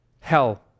hell